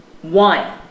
one